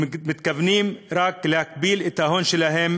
הם מתכוונים רק להגדיל את ההון שלהם